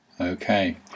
Okay